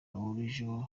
bahurijeho